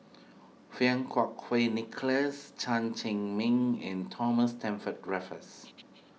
Fang Kuo Kui Nicholas Chen Cheng Mei and Thomas Stamford Raffles